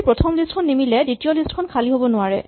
যদি প্ৰথম লিষ্ট খন নিমিলে দ্বিতীয় লিষ্ট খন খালী হ'ব নোৱাৰে